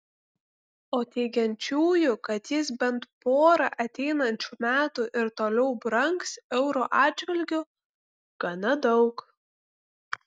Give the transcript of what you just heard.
o teigiančiųjų kad jis bent porą ateinančių metų ir toliau brangs euro atžvilgiu gana daug